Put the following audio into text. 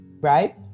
right